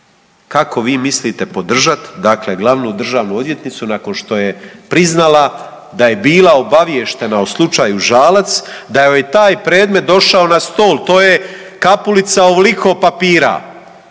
Kako vi mislite podržat dakle glavnu državnu odvjetnicu nakon što je priznala da je bila obavještena o slučaju Žalac da joj je taj predmet došao na stol, to je Kapulica ovoliko papira